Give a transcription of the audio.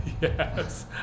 Yes